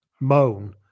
moan